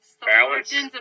balance